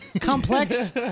Complex